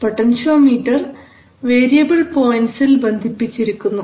potentiometer variable പോയിൻറ്സിൽ ബന്ധിപ്പിച്ചിരിക്കുന്നു